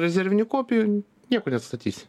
rezervinių kopijų nieko neatstatysi